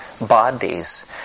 bodies